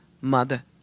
mother